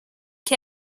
que